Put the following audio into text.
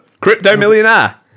Crypto-millionaire